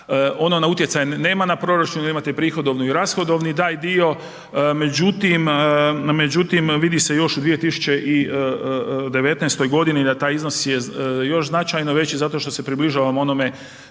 ono na utjecaj nema na proračun, imate prihodovni i rashodovni taj dio, međutim, vidi se još u 2019. godini da taj iznos je još značajno veći zato što se približavamo ovome